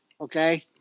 okay